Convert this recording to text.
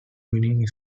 winning